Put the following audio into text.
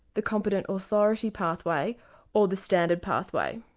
the competent authority pathway or the standard pathway.